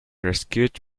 rescued